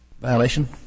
Violation